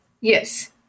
Yes